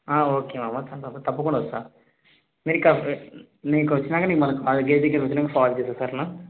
okay మామ తప్పకుండా వస్తాను నీకు నీకు వచ్చాక మన కోలేజ్ గేటు దగ్గరికి వకచ్చాక కాల్ చేస్తాను సరేనా